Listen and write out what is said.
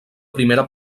primera